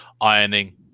Ironing